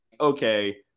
okay